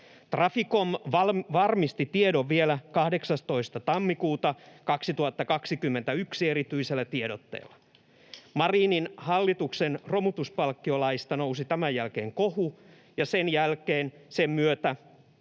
Traficom varmisti tiedon vielä 18.1.2021 erityisellä tiedotteella. Marinin hallituksen romutuspalk-kiolaista nousi tämän jälkeen kohu, ja sen jälkeen, sen myötä,